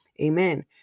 Amen